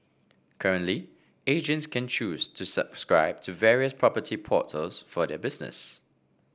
currently agents can choose to subscribe to various property portals for their business